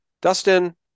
Dustin